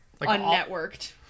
Unnetworked